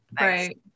Right